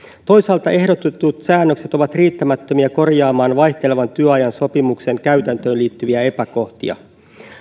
toisaalta ehdotetut säännökset ovat riittämättömiä korjaamaan vaihtelevan työajan sopimuksen käytäntöön liittyviä epäkohtia